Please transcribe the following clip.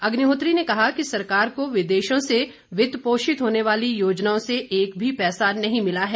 अग्निहोत्री ने कहा कि सरकार को विदेशों से वित्तपोषित होने वाली योजनाओं से एक भी पैसा नहीं मिला है